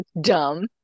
dumb